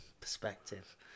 perspective